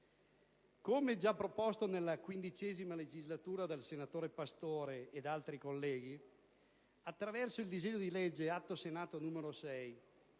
Come già proposto nella XV legislatura dal senatore Pastore e da altri colleghi, attraverso il disegno di legge Atto Senato n. 6,